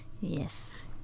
Yes